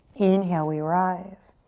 inhale, we rise.